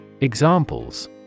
Examples